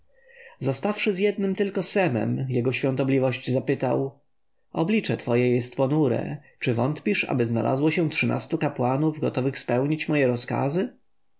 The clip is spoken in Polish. zostawszy z jednym tylko semem jego świątobliwość zapytał oblicze twoje jest ponure czy wątpisz aby znalazło się trzynastu kapłanów gotowych spełnić moje rozkazy